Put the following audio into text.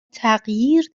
تغییر